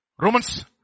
Romans